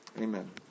Amen